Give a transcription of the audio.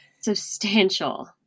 substantial